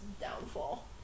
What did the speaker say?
Downfall